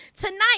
tonight